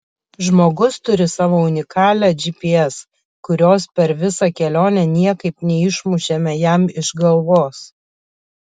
žmogus turi savo unikalią gps kurios per visą kelionę niekaip neišmušėme jam iš galvos